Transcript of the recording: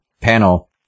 panel